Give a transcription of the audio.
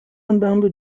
andando